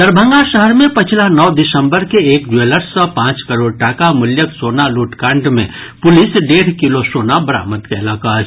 दरभंगा शहर मे पछिला नओ दिसंबर के एक ज्वेलर्स सँ पांच करोड़ टाका मूल्यक सोना लूट कांड मे पुलिस डेढ़ किलो सोना बरामद कयलक अछि